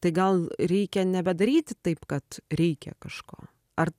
tai gal reikia nebedaryti taip kad reikia kažko ar